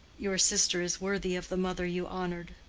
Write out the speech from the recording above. your sister is worthy of the mother you honored.